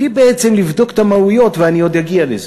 בלי בעצם לבדוק את המהויות, ואני עוד אגיע לזה.